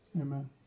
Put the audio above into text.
Amen